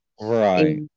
Right